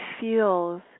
feels